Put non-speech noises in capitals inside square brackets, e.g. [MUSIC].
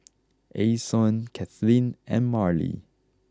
[NOISE] Ason Cathleen and Marlie